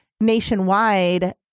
nationwide